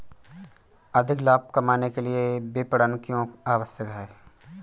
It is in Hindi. अधिक लाभ कमाने के लिए विपणन क्यो आवश्यक है?